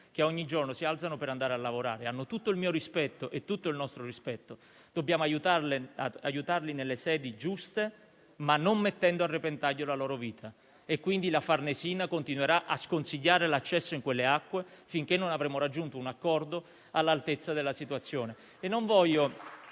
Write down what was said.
che ogni giorno si alzano per andare a lavorare e che hanno tutto il mio e il nostro rispetto. Dobbiamo aiutarli nelle sedi giuste, ma non mettendo a repentaglio la loro vita e quindi la Farnesina continuerà a sconsigliare l'accesso in quelle acque, finché non avremo raggiunto un accordo all'altezza della situazione.